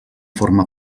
forma